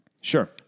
Sure